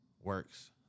works